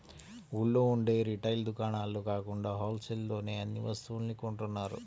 ఊళ్ళో ఉండే రిటైల్ దుకాణాల్లో కాకుండా హోల్ సేల్ లోనే అన్ని వస్తువుల్ని కొంటున్నారు